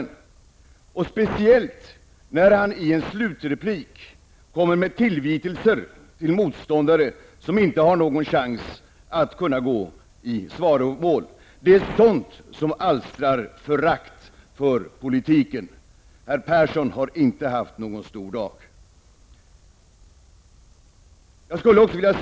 Jag blir speciellt upprörd när han i en slutreplik kommer med tillvitelser till motståndare som inte har någon chans att gå i svaromål. Det är sådant som alstrar förakt för politiken. Herr Persson har inte haft någon stor dag i dag.